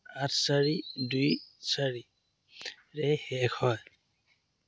আঠ চাৰি দুই চাৰিৰে শেষ হয়